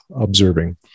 observing